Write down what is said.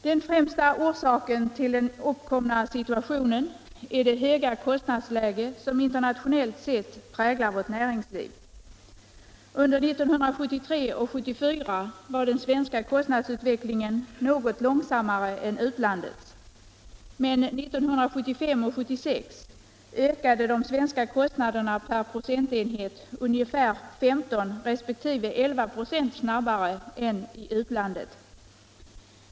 Den främsta orsaken till den uppkomna situationen är det höga kostnadsläge internationellt sett som präglar vårt näringsliv. Under 1973 och 1974 var den svenska kostnadsutvecklingen något långsammare än utlandets, men 1975 och 1976 ökade de svenska kostnaderna per procentenhet ungefär 15 resp. 11 6 snabbare än i utlandet.